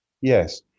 Yes